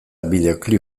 bideoklip